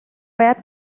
باید